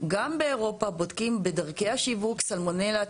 גם באירופה בודקים בדרכי השיווק סלמונלה,